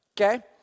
Okay